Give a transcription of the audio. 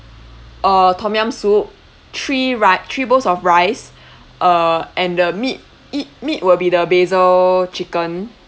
uh tom-yum soup three ri~ three bowls of rice uh and the meat eat meat will be the basil chicken